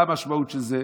מה המשמעות של זה?